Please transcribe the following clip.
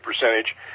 percentage